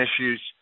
issues